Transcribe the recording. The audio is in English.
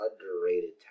underrated